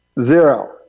Zero